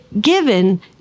given